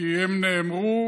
כי הם נאמרו,